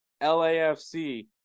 LAFC